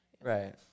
Right